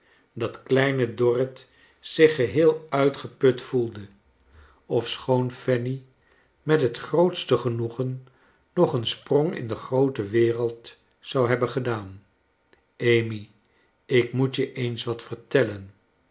dat kleine dorrit zich geheel uitgeput voelde ofschoon fanny met het grootste genoegen nog een sprong in de groote wereld zou hebben gedaan amy ik moet je eens wat vertellen